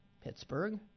Pittsburgh